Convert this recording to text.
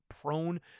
prone